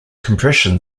compression